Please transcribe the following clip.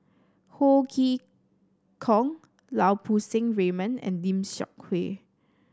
Ho Chee Kong Lau Poo Seng Raymond and Lim Seok Hui